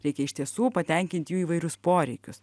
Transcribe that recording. reikia iš tiesų patenkinti jų įvairius poreikius